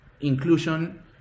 inclusion